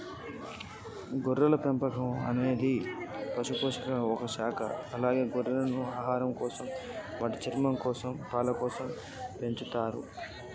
గొర్రెల పెంపకం అనేటిది పశుపోషణలొ ఒక శాఖ అలాగే గొర్రెలను ఆహారంకోసం, వాటి చర్మంకోసం, పాలకోసం పెంచతుర్రు